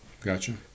Gotcha